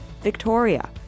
Victoria